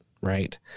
Right